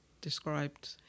described